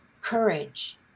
Courage